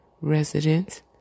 residents